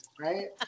right